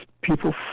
people